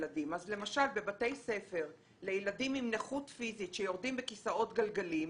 בבתי ספר לילדים עם נכות פיזית שיורדים בכיסאות גלגלים,